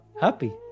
happy